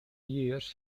years